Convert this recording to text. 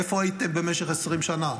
איפה הייתם במשך 20 שנה?